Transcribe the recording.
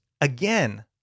again